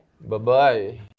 Bye-bye